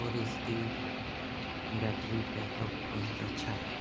होर इसदी battery backup बहुत अच्छा है